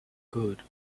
good